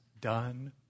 done